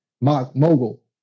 Mogul